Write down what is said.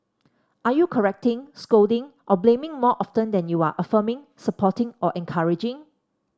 are you correcting scolding or blaming more often than you are affirming supporting or encouraging